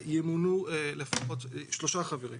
ימונו לפחות שלושה חברים